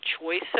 choices